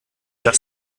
das